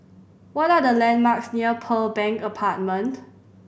what are the landmarks near Pearl Bank Apartment